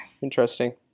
Interesting